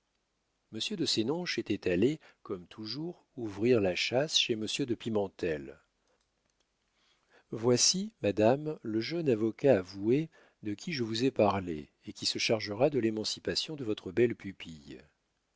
monsieur de sénonches était allé comme toujours ouvrir la chasse chez monsieur de pimentel voici madame le jeune avocat avoué de qui je vous ai parlé et qui se chargera de l'émancipation de votre belle pupille